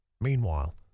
Meanwhile